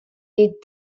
des